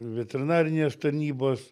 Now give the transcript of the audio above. veterinarinės tarnybos